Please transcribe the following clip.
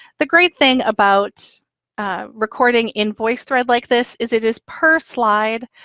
the great thing about recording in voicethread like this is it is per slide.